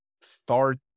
start